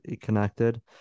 connected